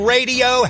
Radio